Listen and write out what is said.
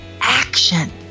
action